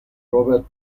robert